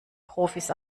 profis